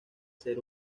ser